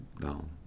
down